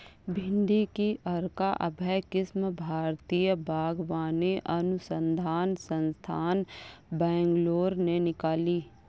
भिंडी की अर्का अभय किस्म भारतीय बागवानी अनुसंधान संस्थान, बैंगलोर ने निकाली